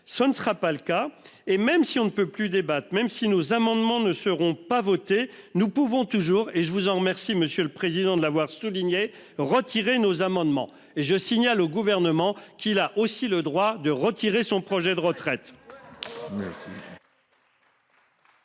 Ce ne sera pas le cas. Et même si on ne peut plus débattre, même si nos amendements ne sont pas votés, nous pouvons toujours- je vous en remercie, monsieur le président, de l'avoir souligné -les retirer. Je signale au Gouvernement qu'il a aussi le droit de retirer son projet de réforme